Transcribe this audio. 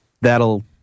that'll